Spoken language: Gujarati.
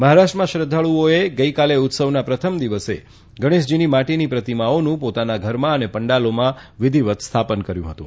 મહારાષ્ટ્રમાં શ્રદ્વાળુઓએ ગઇકાલે ઉત્સવના પ્રથમ દિવસે ગણેશજીની માટીની પ્રતિમાઓનું પોતાના ઘરમાં અને પંડાલોમાં વિધિવત સ્થાપન કર્યું હતું